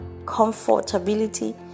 comfortability